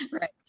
Right